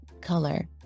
color